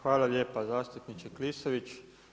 Hvala lijepa zastupniče Klisović.